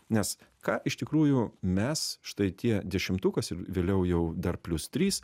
nes ką iš tikrųjų mes štai tie dešimtukas vėliau jau dar plius trys